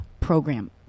program